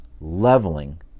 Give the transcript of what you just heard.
leveling